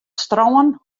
strân